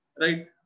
right